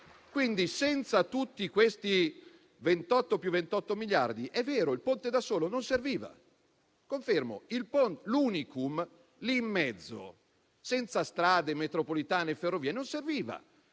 Quindi, senza tutti questi 28 più 28 miliardi, è vero, il Ponte da solo non serviva; confermo. L'*unicum* lì in mezzo, senza strade, metropolitane e ferrovie non serviva.